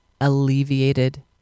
alleviated